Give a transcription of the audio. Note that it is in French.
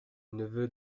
neveu